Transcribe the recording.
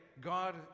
God